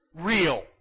real